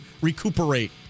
recuperate